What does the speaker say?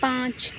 پانچ